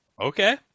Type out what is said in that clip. Okay